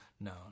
no